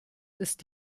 ist